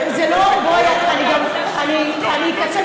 אני אתייחס,